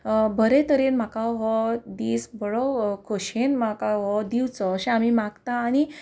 बरे तरेन म्हाका हो दीस बरो खोशयेन म्हाका हो दिवचो अशें आमी मागता आनी